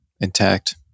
intact